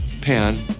Pan